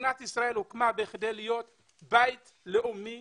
מדינת ישראל הוקמה כדי להיות בית לאומי